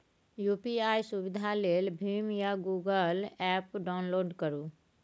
UPI सुविधा लेल भीम या गुगल एप्प डाउनलोड करु